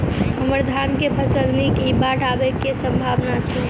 हम्मर धान केँ फसल नीक इ बाढ़ आबै कऽ की सम्भावना छै?